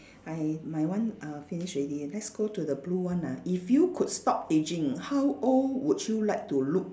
I my one uh finish already let's go to the blue one ah if you could stop aging how old would you like to look